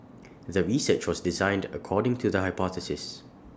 the research was designed according to the hypothesis